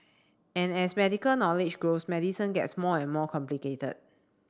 and as medical knowledge grows medicine gets more and more complicated